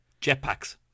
Jetpacks